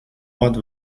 ort